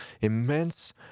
immense